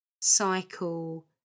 cycle